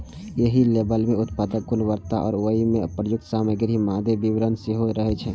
एहि लेबल मे उत्पादक गुणवत्ता आ ओइ मे प्रयुक्त सामग्रीक मादे विवरण सेहो रहै छै